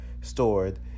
stored